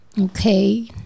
Okay